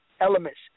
elements